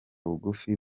bugufi